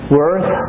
worth